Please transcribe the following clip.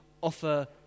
offer